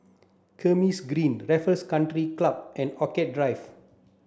Kismis Green Raffles Country Club and Orchid Drive